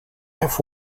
have